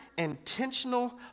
intentional